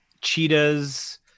cheetahs